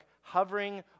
hovering